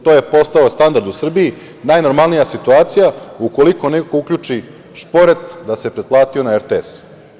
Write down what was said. To je postao standard u Srbiji, najnormalnija situacija, ukoliko neko uključi šporet, da se pretplatio na RTS.